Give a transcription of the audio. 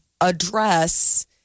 address